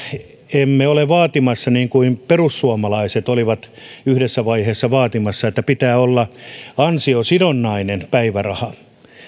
emme ole vaatimassa niin kuin perussuomalaiset olivat yhdessä vaiheessa vaatimassa että pitää olla ansiosidonnainen päiväraha